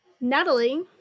Natalie